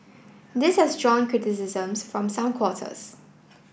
this has drawn criticisms from some quarters